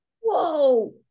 Whoa